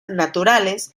naturales